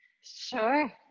sure